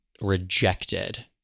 rejected